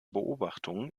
beobachtungen